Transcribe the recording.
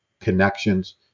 connections